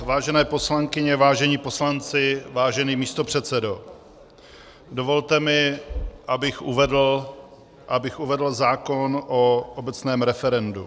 Vážené poslankyně, vážení poslanci, vážený místopředsedo, dovolte mi, abych uvedl zákon o obecném referendu.